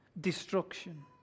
destruction